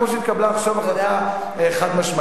כמו שהתקבלה עכשיו החלטה חד-משמעית.